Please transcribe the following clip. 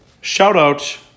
shout-out